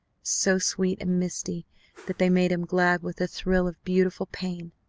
so sweet and misty that they made him glad with a thrill of beautiful pain!